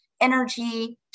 energy